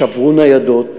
שברו ניידות,